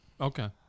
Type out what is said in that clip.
Okay